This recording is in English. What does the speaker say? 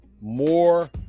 more